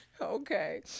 Okay